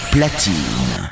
Platine